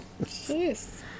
Jeez